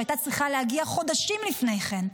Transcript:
שהייתה צריכה להגיע חודשים לפני כן.